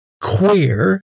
queer